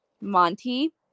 Monty